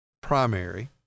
primary